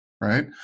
right